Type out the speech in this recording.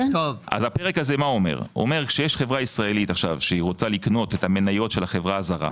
הפרק הזה אומר שכשיש חברה ישראלית שרוצה לקנות את המניות של החברה הזרה,